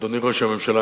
אדוני ראש הממשלה,